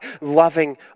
loving